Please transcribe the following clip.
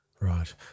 Right